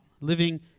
living